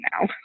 now